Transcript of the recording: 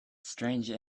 strange